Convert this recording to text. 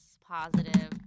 positive